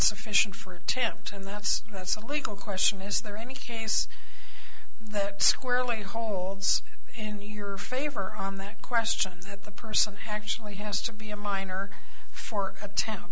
sufficient for temps and that's that's a legal question is there any case that squarely holds in your favor on that question that the person had actually has to be a minor for a